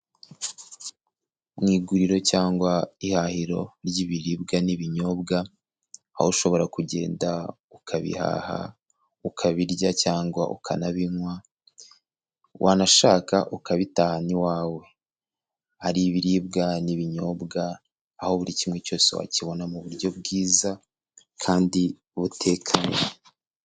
Mu iguriro cyangwa ihahiro ry'ibiribwa n'ibinyobwa, aho ushobora kugenda ukabihaha ukabirya cyangwa ukanabinywa, wanashaka ukabitahana iwawe, hari ibiribwa n'ibinyobwa, aho buri kimwe cyose wakibona mu buryo bwiza kandi butekanye.